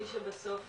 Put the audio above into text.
מי שבסוף